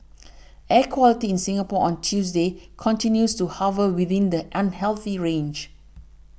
air quality in Singapore on Tuesday continues to hover within the unhealthy range